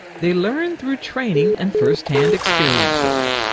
they learn through training and first-hand experiences.